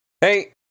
Hey